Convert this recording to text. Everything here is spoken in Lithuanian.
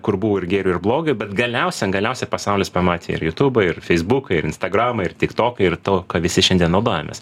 kur buvo ir gėrio ir blogio bet galiausia galiausia pasaulis pamatė ir jutubą ir feisbuką ir instagramą ir tiktoką ir to ką visi šiandien naudojamės